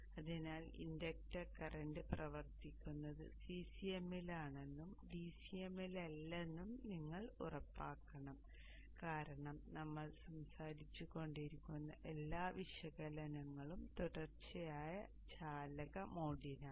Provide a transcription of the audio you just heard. അതിനാൽ inductor current പ്രവർത്തിക്കുന്നത് CCM ലാണെന്നും DCM ലല്ലെന്നും നിങ്ങൾ ഉറപ്പാക്കണം കാരണം നമ്മൾ സംസാരിച്ചുകൊണ്ടിരിക്കുന്ന എല്ലാ വിശകലനങ്ങളും തുടർച്ചയായ ചാലക മോഡിനാണ്